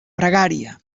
pregària